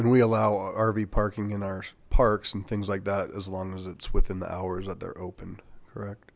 and we allow rv parking in our parks and things like that as long as it's within the hours that they're open correct